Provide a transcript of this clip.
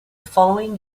following